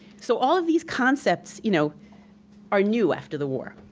so all of these concepts you know are new after the war,